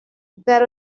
there